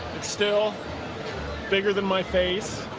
it's still bigger than my face.